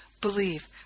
believe